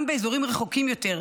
גם אזורים רחוקים יותר,